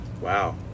Wow